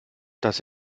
dass